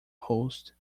host